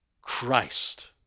Christ